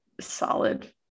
solid